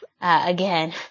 again